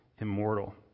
immortal